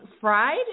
fried